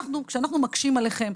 כשאנחנו מקשים עליכם,